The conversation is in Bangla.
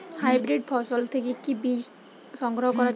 হাইব্রিড ফসল থেকে কি বীজ সংগ্রহ করা য়ায়?